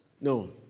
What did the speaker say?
No